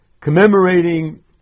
commemorating